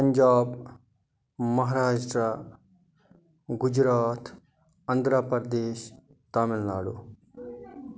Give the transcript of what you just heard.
Punjab Maharashtra Gujarat Andhra Pradesh Tamil Nadu